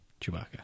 Chewbacca